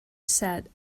said